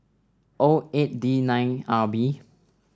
O eight D nine R B